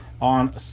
on